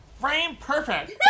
frame-perfect